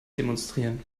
demonstrieren